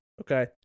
Okay